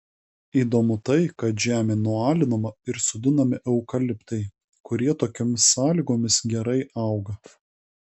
įdomu tai kad žemė nualinama ir sodinami eukaliptai kurie tokiomis sąlygomis gerai auga